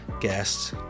guests